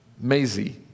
Maisie